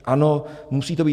Ano, musí to být.